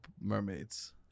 mermaids